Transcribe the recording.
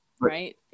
right